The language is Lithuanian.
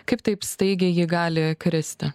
kaip taip staigiai ji gali kristi